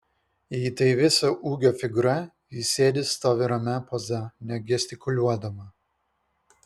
jei tai viso ūgio figūra ji sėdi stovi ramia poza negestikuliuodama